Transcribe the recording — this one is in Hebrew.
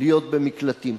להיות במקלטים.